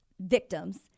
victims